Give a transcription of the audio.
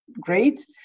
great